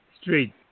Street